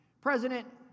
President